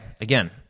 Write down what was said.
again